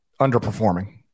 underperforming